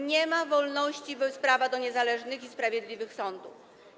Nie ma wolności bez prawa do niezależnych i sprawiedliwych sądów.